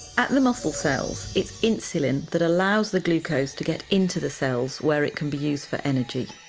at the muscle cells it's insulin that allows the glucose to get into the cells where it can be used for energy.